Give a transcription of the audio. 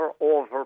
over